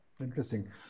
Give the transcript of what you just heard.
Interesting